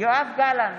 יואב גלנט,